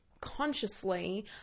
consciously